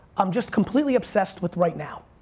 i'm just completely obsessed with right now.